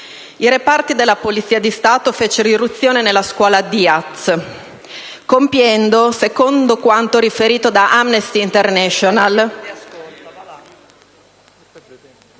i reparti della Polizia di Stato fecero irruzione nella scuola Diaz, compiendo, secondo quanto riferito da Amnesty International,